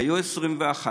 היו 21 כאלה.